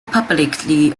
publicly